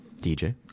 dj